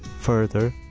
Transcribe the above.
further,